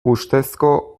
ustezko